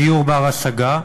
דיור בר-השגה,